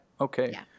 Okay